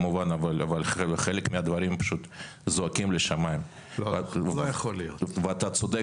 אבל חלק מהדברים פשוט זועקים לשמיים ואתה צודק